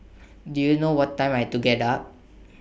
do you know what time I to get up